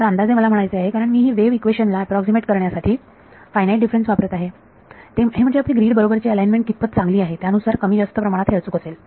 तर अंदाजे मला म्हणायचे आहे कारण मी ही वेव्ह इक्वेशन ला अॅप्रॉक्सीमेट करण्यासाठी फायनाईट डिफरन्स वापरत आहे हे म्हणजे आपली ग्रिड बरोबरची अलाइनमेंट कितपत चांगली आहे त्यानुसार कमी जास्त प्रमाणात हे अचूक असेल